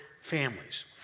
families